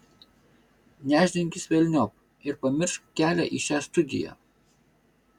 nešdinkis velniop ir pamiršk kelią į šią studiją